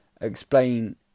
explain